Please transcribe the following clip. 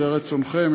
זה רצונכם.